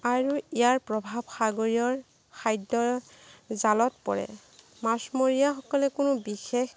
আৰু ইয়াৰ প্ৰভাৱ সাগৰীয়ৰ খাদ্যৰ জালত পৰে মাছমৰীয়াসকলে কোনো বিশেষ